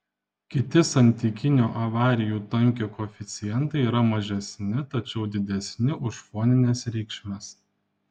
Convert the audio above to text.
kiti santykinio avarijų tankio koeficientai yra mažesni tačiau didesni už fonines reikšmes